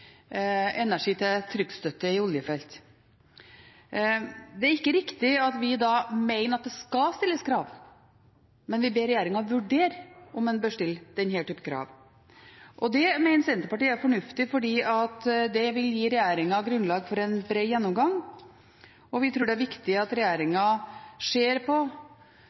energi til trykkstøtte i oljefelt. Det er ikke riktig at vi da mener at det skal stilles krav, men vi ber regjeringen vurdere om man bør stille denne type krav. Det mener Senterpartiet er fornuftig fordi det vil gi regjeringen grunnlag for en bred gjennomgang. Vi tror det er viktig at regjeringen ser på